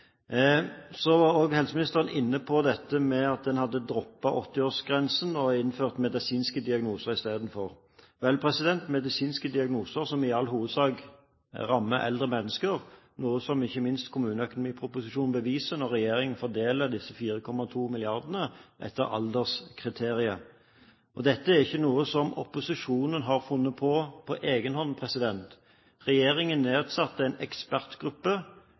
Så var helseministeren også inne på dette med at en har droppet 80-årsgrensen og innført medisinske diagnoser istedenfor. Vel, medisinske diagnoser rammer i all hovedsak eldre mennesker, noe som ikke minst kommuneproposisjonen beviser når regjeringen fordeler disse 4,2 mrd. kr etter alderskriteriet. Dette er ikke noe som opposisjonen har funnet på på egen hånd. Regjeringen nedsatte en ekspertgruppe